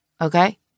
okay